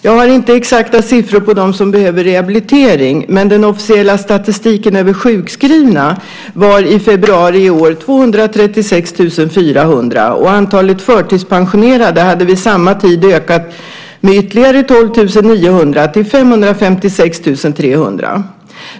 Jag har inte exakta siffror på dem som behöver rehabilitering, men den officiella statistiken över sjukskrivna var i februari i år 236 400, och antalet förtidspensionerade hade vid samma tid ökat med ytterligare 12 900 till 556 300.